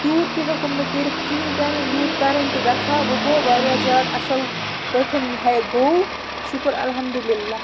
تیوٗت تہِ ہیٚوکُم نہٕ کٔرِتھ کِہیٖنۍ تہِ نہٕ یوٗت کَرٕنۍ تہِ گژھٕ ہا وۄںۍ گوٚو واریاہ زیادٕ اَصٕل پٲٹھۍ ہے گوٚو شُکُر الحمدُ اللہ